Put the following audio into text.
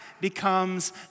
becomes